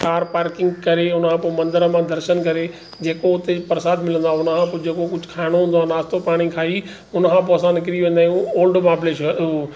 car parking करे हुनखां पोइ मंदरु मां दर्शन करे जेको हुते प्रसाद मिलंदो आहे हुनखां पोइ जेको कुझु खाइणो हूंदो आहे नास्तो पाणी खाई हुनखां पोइ असां निकरी वेंदा आहियूं ओल्ड महाबलेश्वर ऊ